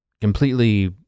completely